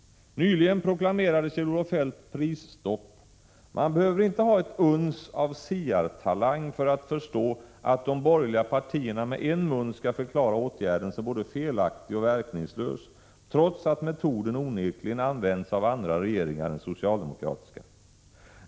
Nyligen proklamerade Kjell-Olof Feldt prisstopp. Man behöver inte ha ett uns av siartalang för att förstå att de borgerliga partierna med en mun skall förklara åtgärden som både felaktig och verkningslös, trots att metoden onekligen använts av andra regeringar än socialdemokratiska.